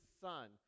Son